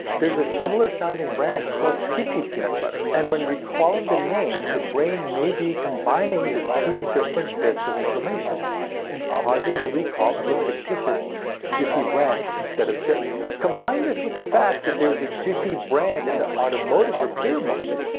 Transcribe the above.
there is a similar sounding brand called skippy peanut butter. and when recalling the name, the brain may be combining two different bits of information and causing the recall of a fictitious jiffy brand, instead of jif. combine this with the fact that there is a jiffy brand in the automotive repair market,